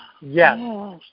Yes